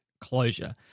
closure